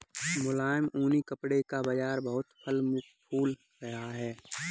मुलायम ऊनी कपड़े का बाजार बहुत फल फूल रहा है